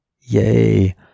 Yay